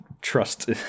trust